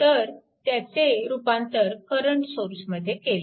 तर त्याचे रूपांतर करंट सोर्समध्ये केले